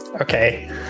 Okay